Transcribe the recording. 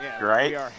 Right